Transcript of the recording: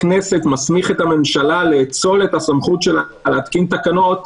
הכנסת מסמיך את הממשלה לאצול את הסמכות שלה להתקין תקנות,